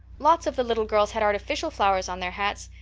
lots of the little girls had artificial flowers on their hats.